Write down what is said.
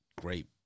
great